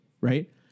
Right